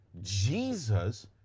Jesus